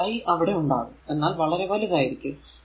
current i അവിടെ ഉണ്ടാകും എന്നാൽ വളരെ വലുതായിരിക്കും